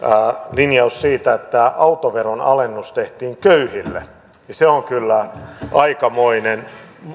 linjaus siitä että autoveron alennus tehtiin köyhille on kyllä aikamoinen